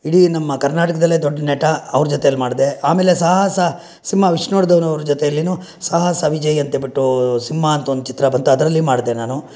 ಇಡೀ ನಮ್ಮ ಕರ್ನಾಟಕದಲ್ಲೇ ದೊಡ್ಡ ನಟ ಅವರ ಜೊತೆಯಲ್ಲಿ ಮಾಡಿದೆ ಆಮೇಲೆ ಸಾಹಸ ಸಿಂಹ ವಿಷ್ಣುವರ್ಧನ್ ಅವರ ಜೊತೆಯಲ್ಲಿಯೂ ಸಾಹಸ ವಿಜಯ್ ಅಂಥೇಳ್ಬಿಟ್ಟು ಸಿಂಹ ಅಂತ ಒಂದು ಚಿತ್ರ ಬಂತು ಅದರಲ್ಲಿ ಮಾಡಿದೆ ನಾನು